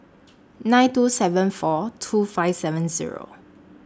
nine two seven four two five seven Zero